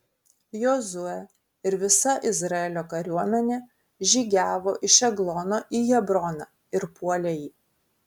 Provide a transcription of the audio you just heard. jozuė ir visa izraelio kariuomenė žygiavo iš eglono į hebroną ir puolė jį